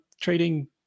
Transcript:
trading